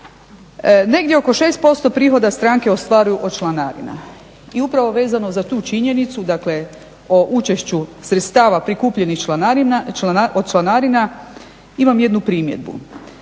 Negdje oko 6% prihoda stranke ostvaruju od članarina i upravo vezano za tu činjenicu dakle o učešću sredstava prikupljenih od članarina imam jednu primjedbu.